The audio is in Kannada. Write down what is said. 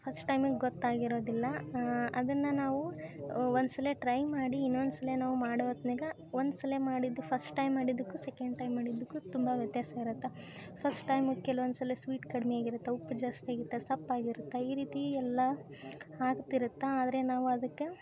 ಫಸ್ಟ್ ಟೈಮಿಗೆ ಗೊತ್ತಾಗಿರೋದಿಲ್ಲ ಅದನ್ನು ನಾವು ಒಂದು ಸಲ ಟ್ರೈ ಮಾಡಿ ಇನ್ನೊಂದು ಸಲ ನಾವು ಮಾಡೋ ಹೊತ್ನ್ಯಾಗ ಒಂದು ಸಲ ಮಾಡಿದ್ದು ಫಸ್ಟ್ ಟೈಮ್ ಮಾಡಿದ್ದಕ್ಕೂ ಸೆಕೆಂಡ್ ಟೈಮ್ ಮಾಡಿದ್ದಕ್ಕೂ ತುಂಬ ವ್ಯತ್ಯಾಸ ಇರತ್ತೆ ಫಸ್ಟ್ ಟೈಮು ಕೆಲವೊಂದು ಸಲ ಸ್ವೀಟ್ ಕಡಿಮೆ ಆಗಿರುತ್ತೆ ಉಪ್ಪು ಜಾಸ್ತಿ ಆಗಿತ್ತೆ ಸಪ್ಫೆ ಆಗಿರುತ್ತೆ ಈ ರೀತಿ ಎಲ್ಲ ಆಗ್ತಿರುತ್ತೆ ಆದರೆ ನಾವು ಅದಕ್ಕ